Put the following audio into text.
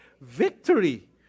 Victory